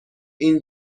این